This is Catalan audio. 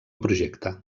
projecte